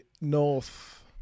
North